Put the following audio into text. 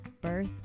birth